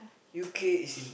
U_K is in